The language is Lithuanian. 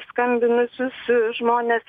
skambinusius žmones